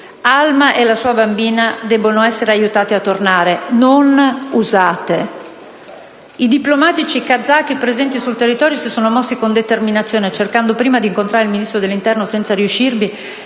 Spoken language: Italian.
Alma e la sua bambina debbono essere aiutate a tornare, non usate. I diplomatici kazaki presenti sul territorio si sono mossi con determinazione, cercando prima di incontrare il Ministro dell'interno, senza riuscirvi,